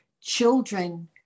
children